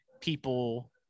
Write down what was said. people